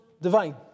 divine